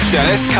Dennis